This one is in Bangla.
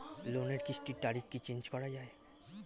লোনের কিস্তির তারিখ কি চেঞ্জ করা যায়?